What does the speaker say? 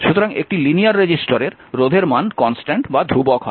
সুতরাং একটি লিনিয়ার রেজিস্টরের রোধের মান ধ্রুবক হয়